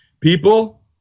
People